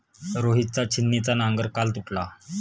रोहितचा छिन्नीचा नांगर काल तुटला